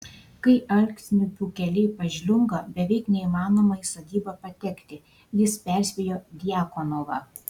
kai alksniupių keliai pažliunga beveik neįmanoma į sodybą patekti jis perspėjo djakonovą